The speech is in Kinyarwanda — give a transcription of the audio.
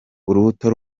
urubuto